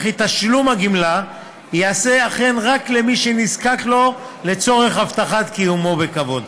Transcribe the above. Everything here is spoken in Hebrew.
וכי תשלום הגמלה ייעשה אכן רק למי שנזקק לו לצורך הבטחת קיומו בכבוד.